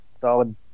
solid